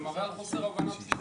זה מראה על חוסר הבנה בסיסי.